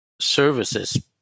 services